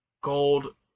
Gold